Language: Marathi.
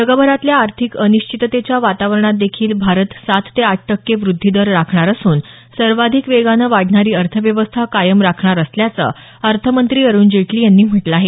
जगभरातल्या आर्थिक अनिश्चिततेच्या वातावरणात देखील भारत सात ते आठ टक्के वृद्धीदर राखणार असून सर्वाधिक वेगानं वाढणारी अर्थव्यवस्था कायम राखणार असल्याचं अर्थमंत्री अरुण जेटली यांनी म्हटलं आहे